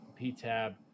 PTAB